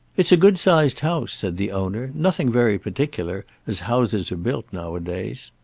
it's a good-sized house, said the owner nothing very particular, as houses are built now-a-days.